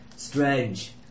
Strange